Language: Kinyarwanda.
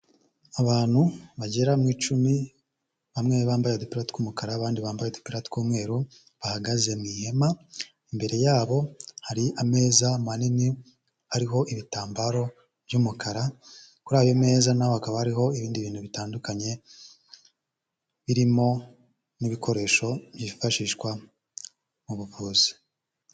Abantu bagera mu icumi, bamwe bambaye udupira tw'umukara, abandi bambaye udupikara tw'umweru, bahagaze mu ihema, imbere yabo hari ameza manini ariho ibitambaro by'umukara, kuri ayo meza naho hakaba hariho ibindi bintu bitandukanye, birimo n'ibikoresho byifashishwa mu buvuzi.